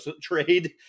trade